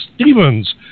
Stevens